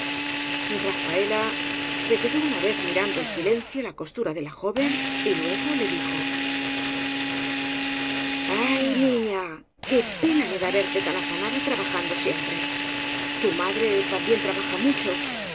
rafaela se quedó una vez mirando en silencio la costura de la joven y luego dijo ay niña qué pena me da de verte tan afanada trabajando siempre tu madre también trabaja mu